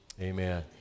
amen